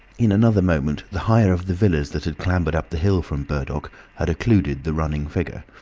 in another moment the higher of the villas that had clambered up the hill from burdock had occulted the running figure.